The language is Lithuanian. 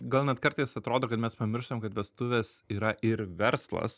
gal net kartais atrodo kad mes pamirštam kad vestuvės yra ir verslas